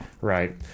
Right